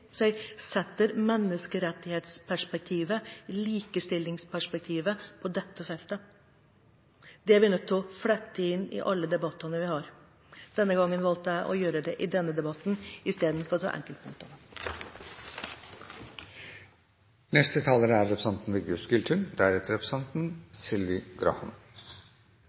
vi må sette menneskerettsperspektivet, likestillingsperspektivet på dette feltet. Det er vi nødt til å flette inn i alle debattene vi har. Denne gangen valgte jeg å gjøre det i denne debatten, istedenfor å ta for meg enkeltpunktene. I et moderne, inkluderende og rikt velferdssamfunn er